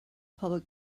public